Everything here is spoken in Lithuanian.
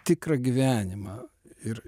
tikrą gyvenimą ir